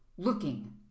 Looking